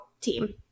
team